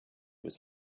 was